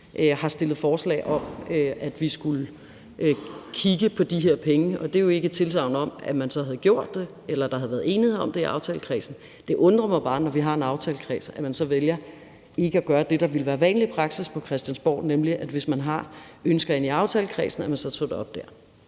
har stillet forslag om, at vi skulle kigge på de her penge. Det er jo ikke tilsagn om, at man så havde gjort det, eller at der havde været enighed om det i aftalekredsen. Det undrer mig bare, når vi har en aftalekreds, at man så vælger ikke at gøre det, der ville være vanlig praksis på Christiansborg, nemlig at man, hvis man havde ønsker med i aftalekredsen, så tog det op der.